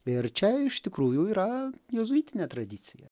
bei ir čia iš tikrųjų yra jėzuitinė tradicija